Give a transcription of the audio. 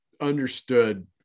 understood